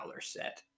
set